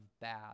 bad